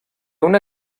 una